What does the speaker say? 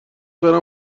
دارم